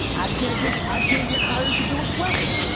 i can't get, i can't get hired to do a play.